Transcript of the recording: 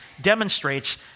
demonstrates